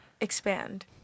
expand